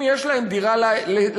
אם יש להם דירה להשכרה,